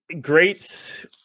great